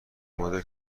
مدل